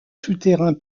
souterrain